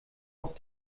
auch